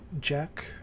Jack